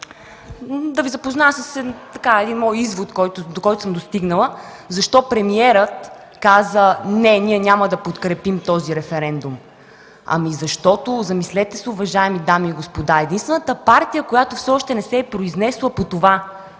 да Ви запозная с един мой извод, до който съм достигнала – защото премиерът каза: „Не, ние няма да подкрепим този референдум”. Ами защото, замислете се, уважаеми дами и господа – единствената партия, която все още не се е произнесла по това